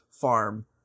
farm